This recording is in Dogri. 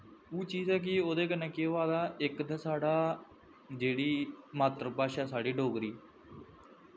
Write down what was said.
ओह् चीज़ ऐ कि ओह्दे कन्नै केह् होआ दा इक ते साढ़ा जेह्ड़ी मात्तर भाशा साढ़ी डोगरी